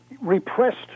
repressed